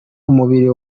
umubiri